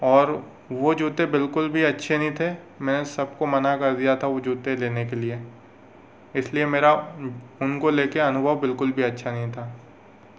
और वो जूते बिल्कुल भी अच्छे नहीं थे मैं सबको मना कर दिया था वो जूते लेने के लिए इसलिए मेरा उनको लेके अनुभव बिल्कुल भी अच्छा नहीं था